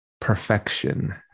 perfection